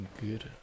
good